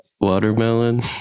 Watermelon